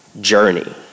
journey